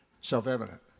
self-evident